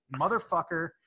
motherfucker